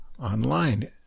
online